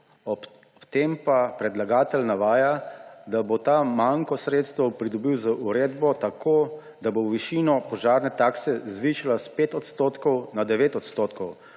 Ob tem pa predlagatelj navaja, da bo ta manko sredstev pridobil z uredbo tako, da bo višino požarne takse zvišala s 5 odstotkov na 9 odstotkov